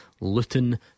Luton